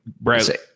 Brad